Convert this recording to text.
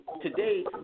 Today